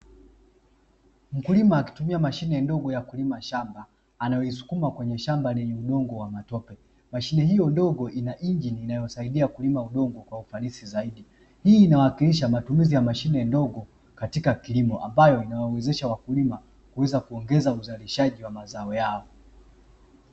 Mkulima akitumia mashime ndogo ya kulima shamba anayoisukuma kwenye shamba lenye udongo wa matope, mashine hiyo ndogo ina injini inayosaidia kulima udongo kwa ufanisi zaidi, hii inawakilisha matumizi ya mashine ndogo katika kilimo ambayo inawawezesha wakulima kuweza kuongeza uzalishaji wa mazao yao.